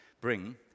bring